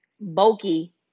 bulky